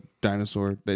dinosaur